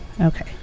okay